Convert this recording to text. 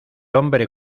hombre